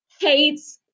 hates